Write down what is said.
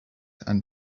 and